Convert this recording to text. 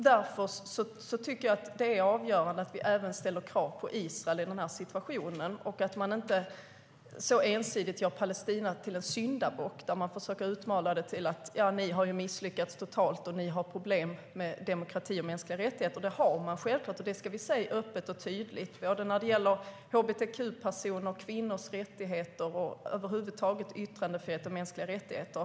Därför är det avgörande att vi i denna situation ställer krav även på Israel. Man får inte ensidigt göra Palestina till en syndabock och försöka utmåla det som att Palestina har misslyckats totalt och har problem med demokrati och mänskliga rättigheter. Det har Palestina, och det ska vi säga öppet och tydligt, vad gäller såväl rättigheter för hbtq-personer och kvinnor, som yttrandefrihet och mänskliga rättigheter.